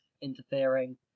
interfering